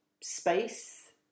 space